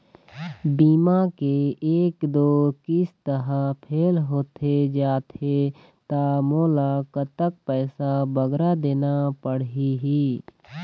बीमा के एक दो किस्त हा फेल होथे जा थे ता मोला कतक पैसा बगरा देना पड़ही ही?